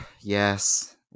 yes